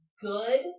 good